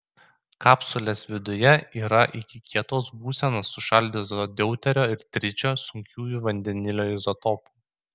kapsulės viduje yra iki kietos būsenos sušaldyto deuterio ir tričio sunkiųjų vandenilio izotopų